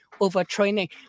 overtraining